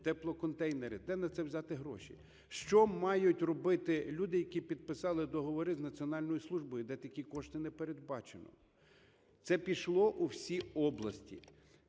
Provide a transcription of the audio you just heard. теплоконтейнери. Де на це взяти гроші? Що мають робити люди, які підписали договори з Національною службою, де такі кошти не передбачено? Це пішло у всі області,